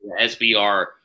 SBR